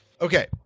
Okay